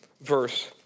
verse